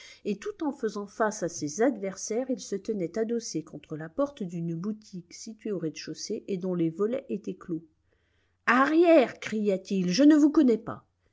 et tout en faisant face à ses adversaires il se tenait adossé contre la porte d'une boutique située au rez-de-chaussée et dont les volets étaient clos arrière cria-t-il je ne vous connais pas